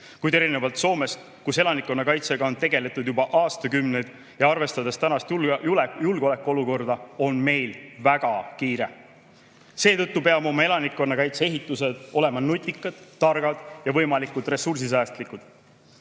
kuid erinevalt Soomest, kus elanikkonnakaitsega on tegeldud juba aastakümneid, ja arvestades tänast julgeolekuolukorda, on meil väga kiire. Seetõttu peame oma elanikkonnakaitse ehitusel olema nutikad, targad ja võimalikult ressursisäästlikud. Kriisist